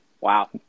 wow